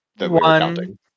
one